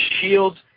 Shields